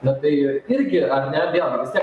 na tai irgi ar ne vėl gi vis tiek